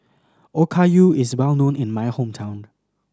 okayu is well known in my hometown